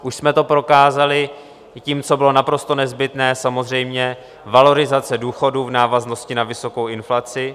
Už jsme to prokázali tím, co bylo naprosto nezbytné, samozřejmě valorizace důchodů v návaznosti na vysokou inflaci.